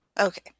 Okay